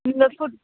உங்கள் ஃபுட்